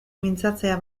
mintzatzea